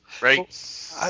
Right